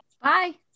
bye